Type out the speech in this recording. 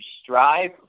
strive